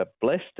blessed